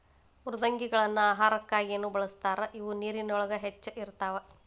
ಮೃದ್ವಂಗಿಗಳನ್ನ ಆಹಾರಕ್ಕಾಗಿನು ಬಳಸ್ತಾರ ಇವ ನೇರಿನೊಳಗ ಹೆಚ್ಚ ಇರತಾವ